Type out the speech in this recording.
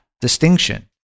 distinction